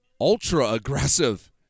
ultra-aggressive